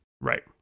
right